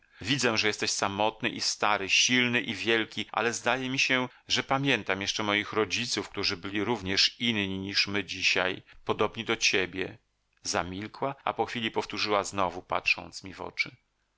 widzę że jesteś samotny i stary silny i wielki ale zdaje mi się że pamiętam jeszcze moich rodziców którzy byli również inni niż my dzisiaj podobni do ciebie zamilkła a po chwili powtórzyła znowu patrząc mi w oczy